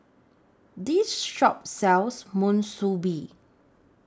This Shop sells Monsunabe